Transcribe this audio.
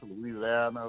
Louisiana